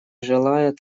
желает